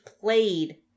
played